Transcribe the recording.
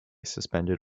suspended